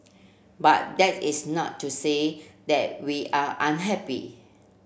but that is not to say that we are unhappy